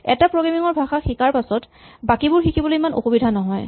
এটা প্ৰগ্ৰেমিং ৰ ভাষা শিকাৰ পিছত বাকীবোৰ শিকিবলৈ ইমান অসুবিধা নহয়